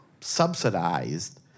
subsidized